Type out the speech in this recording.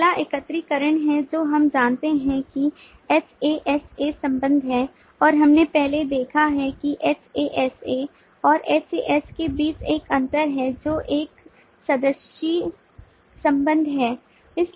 अगला एकत्रीकरण है जो हम जानते हैं कि HAS A संबंध है और हमने पहले देखा है कि HAS A और HAS के बीच एक अंतर है जो एक सदस्यीय संबंध है